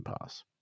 pass